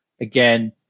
again